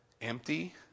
Empty